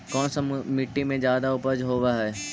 कोन सा मिट्टी मे ज्यादा उपज होबहय?